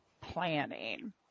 planning